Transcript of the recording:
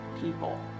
people